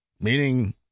Meaning